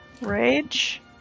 rage